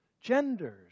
genders